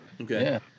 okay